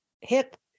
hip